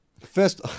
First